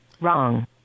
Wrong